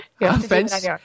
Offense